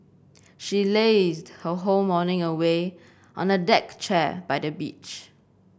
she lazed her whole morning away on a deck chair by the beach